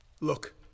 Look